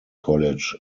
college